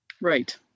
Right